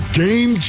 game